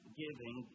giving